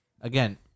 Again